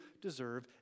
deserve